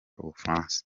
ubufaransa